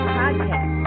podcast